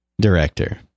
director